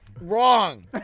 wrong